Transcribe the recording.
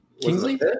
Kingsley